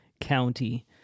County